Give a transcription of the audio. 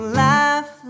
laugh